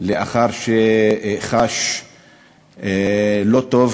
לאחר שחש לא טוב